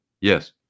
Yes